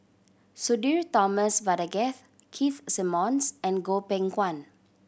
Sudhir Thomas Vadaketh Keith Simmons and Goh Beng Kwan